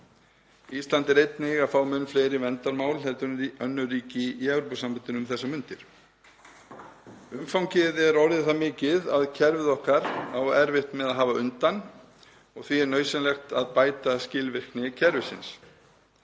Ísland er einnig að fá mun fleiri verndarmál en önnur ríki í Evrópusambandinu um þessar mundir. Umfangið er orðið það mikið að kerfið okkar á erfitt með að hafa undan og því er nauðsynlegt að bæta skilvirkni kerfisins.